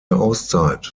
auszeit